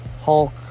hulk